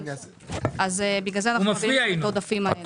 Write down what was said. לכן יש העודפים האלה.